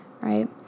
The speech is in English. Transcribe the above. Right